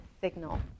signal